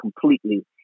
completely